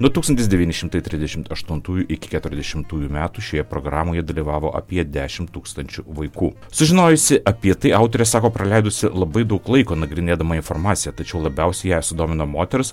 nuo tūkstantis devyni šimtai trisdešimt aštuntųjų iki keturiasdešimtųjų metų šioje programoje dalyvavo apie dešimt tūkstančių vaikų sužinojusi apie tai autorė sako praleidusi labai daug laiko nagrinėdama informaciją tačiau labiausiai ją sudomino moters